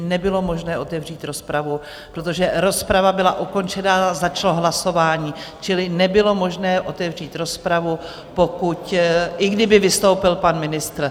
Nebylo možné otevřít rozpravu, protože rozprava byla ukončena, začalo hlasování, čili nebylo možné otevřít rozpravu, i kdyby vystoupil pan ministr.